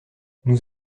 nous